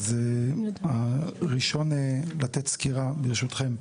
הראשון לתת סקירה, ברשותכם,